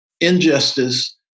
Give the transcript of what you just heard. injustice